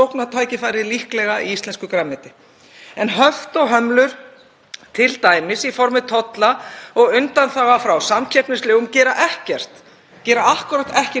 gera akkúrat ekki neitt til að tryggja fæðuöryggi okkar. Það sem það gerir helst er að hækka matvælaverð öllum neytendum til óhags.